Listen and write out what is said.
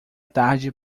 tarde